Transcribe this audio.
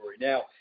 Now